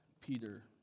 Peter